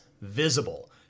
visible